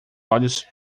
olhos